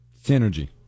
Synergy